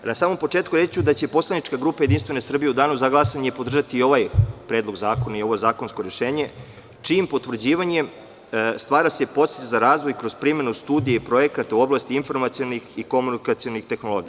Na samom početku reći ću da će poslanička grupa JS u danu za glasanje podržati ovaj predlog zakona i ovo zakonsko rešenje, čijim potvrđivanjem se stvara podsticaj za razvoj kroz primenu studije i projekata u oblasti informacionih i komunikacionih tehnologija.